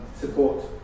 support